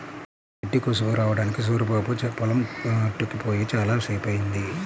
పశువులకి గడ్డి కోసుకురావడానికి సూరిబాబు పొలం గట్టుకి పొయ్యి చాలా సేపయ్యింది